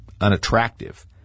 unattractive